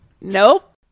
Nope